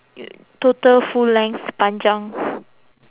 total full length panjang